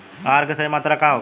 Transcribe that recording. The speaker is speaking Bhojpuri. आहार के सही मात्रा का होखे?